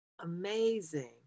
Amazing